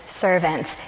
servants